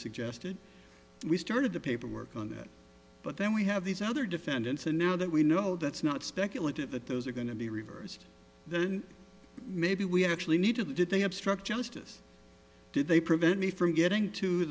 suggested we started the paperwork on that but then we have these other defendants and now that we know that's not speculative that those are going to be reversed then maybe we actually need to did they obstruct justice did they prevent me from getting to